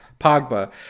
pogba